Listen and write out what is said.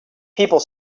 people